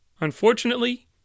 Unfortunately